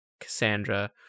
Cassandra